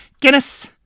Guinness